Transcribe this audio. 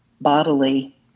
bodily